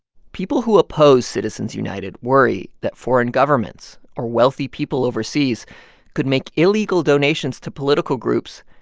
people who oppose citizens united worry that foreign governments or wealthy people overseas could make illegal donations to political groups,